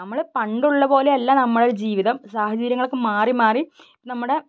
നമ്മൾ പണ്ടുള്ള പോലെ അല്ല നമ്മുടെ ജീവിതം സാഹചര്യങ്ങളൊക്കെ മാറി മാറി നമ്മുടെ